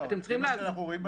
שאיסוף